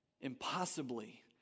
Impossibly